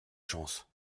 chance